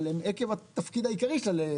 אבל הם עקב התפקיד העיקרי שלה,